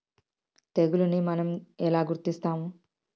తెగులుని మనం ఎలా గుర్తిస్తాము?